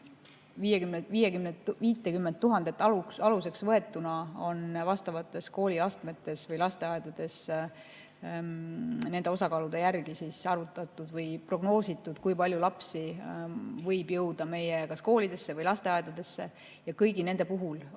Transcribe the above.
50 000 aluseks võetuna on vastavates kooliastmetes või lasteaedades nende osakaalude järgi arvutatud või prognoositud, kui palju lapsi võib jõuda meie koolidesse ja lasteaedadesse. Ja kõigi nende puhul on arvestatud